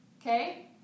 Okay